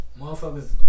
motherfuckers